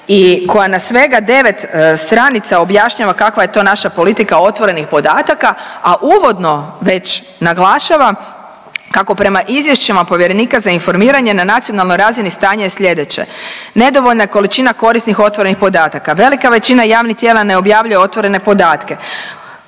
i koja na svega 9 stranica objašnjava kakva je to naša politika otvorenih podataka, a uvodno već naglašava kako prema izvješćima povjerenika za informiranje na nacionalnoj razini stanje je sljedeće: Nedovoljna količina korisnih otvorenih podataka. Velika većina javnih tijela ne objavljuje otvorene podatke.